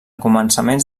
començaments